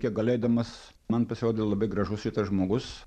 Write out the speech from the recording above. kiek galėdamas man pasirodė labai gražus šitas žmogus